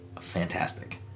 fantastic